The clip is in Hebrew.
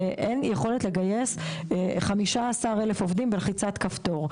אין יכולת לגייס 15,000 עובדים בלחיצת כפתור.